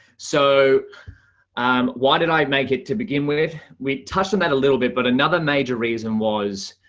so and why did i make it to begin with? we touched on that a little bit. but another major reason was,